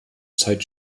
zeit